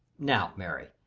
now, mary,